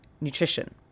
nutrition